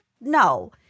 No